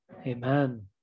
Amen